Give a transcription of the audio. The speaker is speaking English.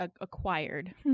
acquired